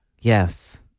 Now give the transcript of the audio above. Yes